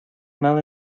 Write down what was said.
nada